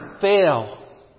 fail